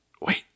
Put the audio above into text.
Wait